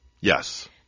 Yes